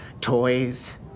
toys